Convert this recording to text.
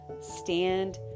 stand